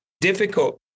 difficult